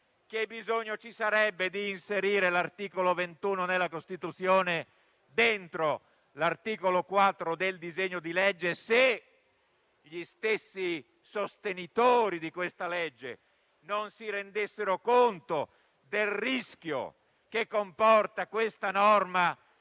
Che bisogno ci sarebbe di inserire l'articolo 21 della Costituzione dentro l'articolo 4 del disegno di legge, se gli stessi sostenitori di questo provvedimento non si rendessero conto del rischio che comporta questa norma